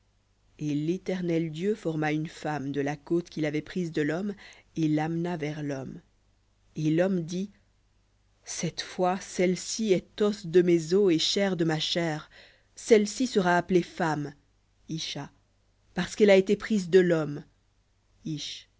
et l'éternel dieu forma une femme de la côte qu'il avait prise de l'homme et l'amena vers lhomme et l'homme dit cette fois celle-ci est os de mes os et chair de ma chair celle-ci sera appelée femme isha parce qu'elle a été prise de l'homme